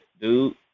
dude